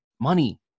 money